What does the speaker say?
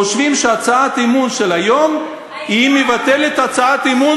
חושבים שהצעת אי-אמון של היום מבטלת הצעת אי-אמון